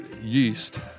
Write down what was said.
yeast